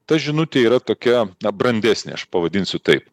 ta žinutė yra tokia na brandesnė aš pavadinsiu taip